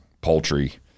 poultry